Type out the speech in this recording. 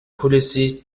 kulesi